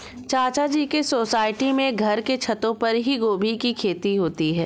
चाचा जी के सोसाइटी में घर के छतों पर ही गोभी की खेती होती है